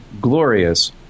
glorious